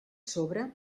sobre